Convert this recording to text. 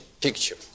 picture